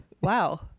wow